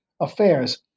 affairs